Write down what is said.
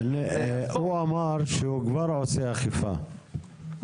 האזורית אמר שהוא כבר עושה אכיפה,